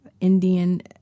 Indian